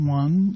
one